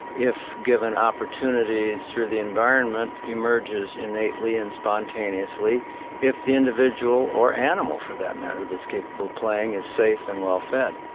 if given opportunities through the environment, emerges innately and spontaneously if the individual, or animal for that matter, that's capable of playing is safe and well fed